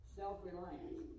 self-reliance